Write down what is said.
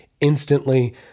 instantly